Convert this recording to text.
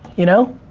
you know?